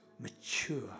Mature